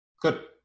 Good